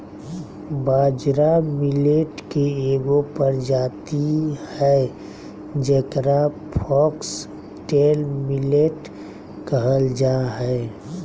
बाजरा मिलेट के एगो प्रजाति हइ जेकरा फॉक्सटेल मिलेट कहल जा हइ